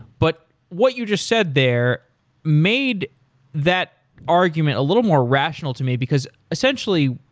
but what you just said there made that argument a little more rational to me because, essentially,